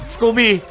Scooby